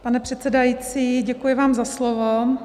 Pane předsedající, děkuji vám za slovo.